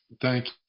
Thank